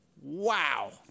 wow